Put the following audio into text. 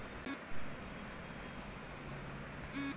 अगर बीमा करावे के बाद कुछ दुर्घटना हो जाई त का फायदा मिली?